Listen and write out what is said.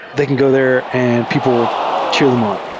they can go there and people cheer them on.